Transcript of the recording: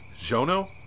Jono